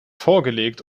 vorgelegt